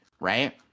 right